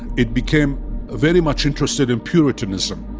it became very much interested in puritanism.